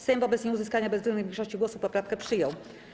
Sejm wobec nieuzyskania bezwzględnej większości głosów poprawkę przyjął.